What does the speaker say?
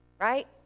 right